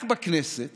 רק בכנסת